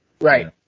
Right